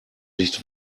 nicht